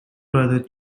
brother